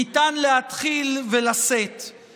ניתן להתחיל ולשאת ולתת.